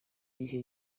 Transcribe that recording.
igihe